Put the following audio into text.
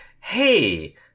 Hey